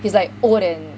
he's like old and